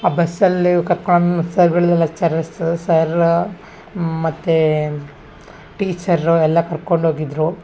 ಆ ಬಸ್ಸಲ್ಲಿ ಯ ಕರ್ಕೊಂಡು ಸರ್ಗಳು ಲೆಚ್ಚರ್ಸು ಸರ್ರು ಮತ್ತು ಟೀಚರ್ರು ಎಲ್ಲ ಕರ್ಕೊಂಡೋಗಿದ್ದರು